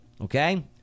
Okay